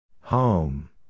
Home